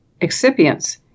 excipients